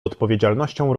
odpowiedzialnością